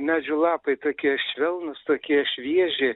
medžių lapai tokie švelnūs tokie švieži